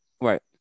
Right